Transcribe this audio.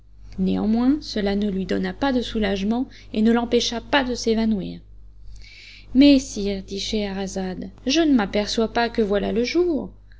néanmoins cela ne lui donna pas de soulagement et ne l'empêcha pas de s'évanouir mais sire dit scheherazade je ne m'aperçois pas que voilà le jour